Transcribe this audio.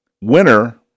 winner